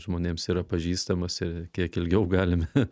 žmonėms yra pažįstamas kiek ilgiau galime